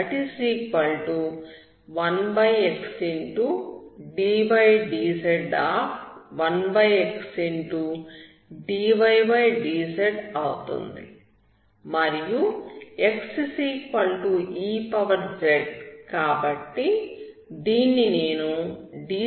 1xdydz అవుతుంది మరియు xez కాబట్టి దీన్ని నేను d2ydx21xddz